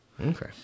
okay